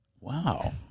Wow